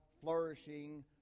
flourishing